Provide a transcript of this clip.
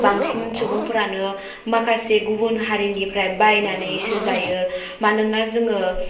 बांसिन सुबुंफोरानो माखासे गुबुन हारिनिफ्राय बायनानैसो जायो मानोना जोङो